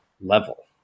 level